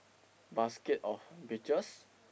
basket of beaches